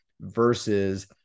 versus